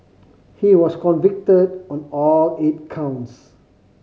he was convicted on all eight counts